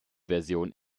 version